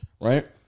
right